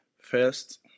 first